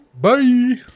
Bye